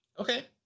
Okay